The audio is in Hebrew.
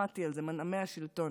שמעתי על זה, מנעמי השלטון.